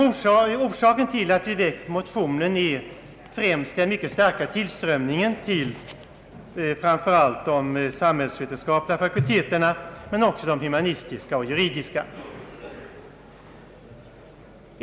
Orsaken till att vi väckt motionen är främst den mycket starka tillströmningen = till framför allt de samhällsvetenskapliga fakulteterna men också de humanistiska och juridiska.